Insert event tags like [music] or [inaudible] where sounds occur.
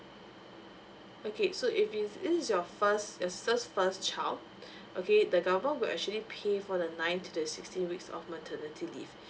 okay so if i's it is your first your sister's first child [breath] okay the government will actually pay for the nine to the sixteen weeks of maternity leave [breath]